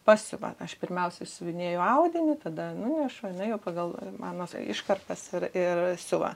pasiuva aš pirmiausia išsiuvinėju audinį tada nunešu jinai pagal mano iškarpas ir ir siuva